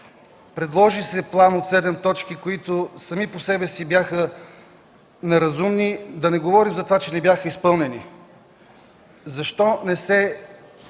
Предложи се план от седем точки, които сами по себе си бяха неразумни, да не говорим, че не бяха изпълнени. Защо не се